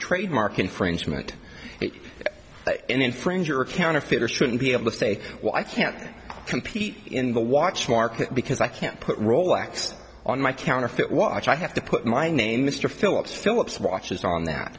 trademark infringement it infringer counterfeiter shouldn't be able to say well i can't compete in the watch market because i can't put rolex on my counterfeit watch i have to put my name mr philips philips watches on